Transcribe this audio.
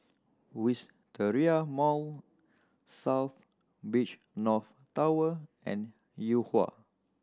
Wisteria Mall South Beach North Tower and Yuhua